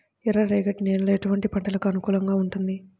ఎర్ర రేగడి నేల ఎటువంటి పంటలకు అనుకూలంగా ఉంటుంది?